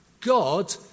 God